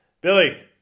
Billy